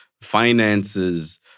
finances